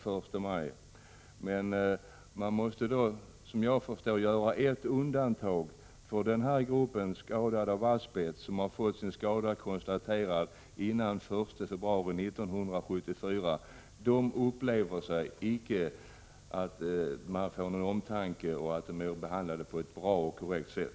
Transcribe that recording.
Såvitt jag kan förstå måste man då göra ett undantag för den grupp asbestskadade som har fått sin skada konstaterad före den 1 februari 1974. De upplever sig icke få någon omtanke eller bli behandlade på ett bra och korrekt sätt.